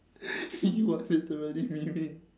you are literally memeing